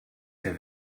der